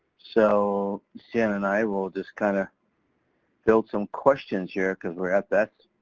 so sienna and i will just kind of build some questions here cause we're at that